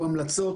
הוא המלצות,